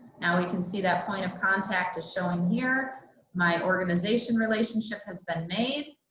now we can see that point of contact is showing here my organization relationship has been made